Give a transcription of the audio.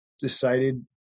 decided